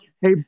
Hey